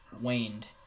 waned